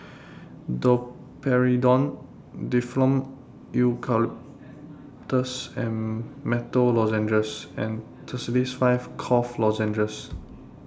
Domperidone Difflam Eucalyptus and Menthol Lozenges and Tussils five Cough Lozenges